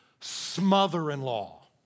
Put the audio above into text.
Smother-in-Law